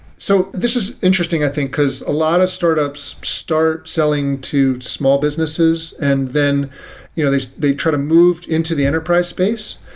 so this is interesting i think, because a lot of startups start selling to small business and then you know they they try to move into the enterprise space.